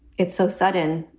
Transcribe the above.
it's so sudden.